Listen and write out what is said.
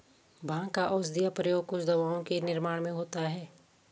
भाँग का औषधीय प्रयोग कुछ दवाओं के निर्माण में होता है